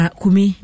kumi